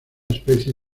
especie